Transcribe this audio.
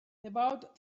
about